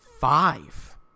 five